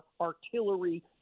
artillery